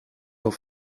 auf